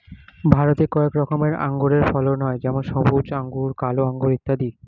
ভারতে কয়েক রকমের আঙুরের ফলন হয় যেমন সবুজ আঙুর, কালো আঙুর ইত্যাদি